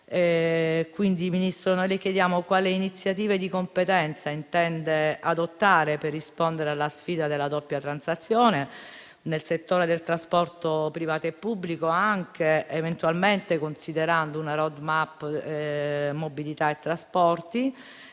create. Ministro, le chiediamo quali iniziative di competenza intenda adottare per rispondere alla sfida della doppia transizione nel settore del trasporto privato e pubblico, anche eventualmente considerando una *road map* mobilità e trasporti,